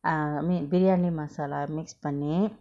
err make biryani masala mix paneer